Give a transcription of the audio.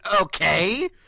okay